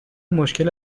مشکل